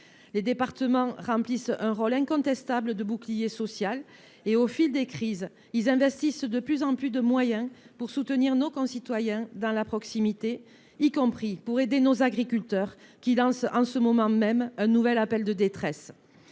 Les départements jouent un rôle incontestable de bouclier social. Au fil des crises, ils investissent de plus en plus de moyens pour soutenir nos concitoyens dans la proximité, y compris pour aider nos agriculteurs, qui lancent en ce moment même un nouvel appel de détresse.